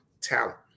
talent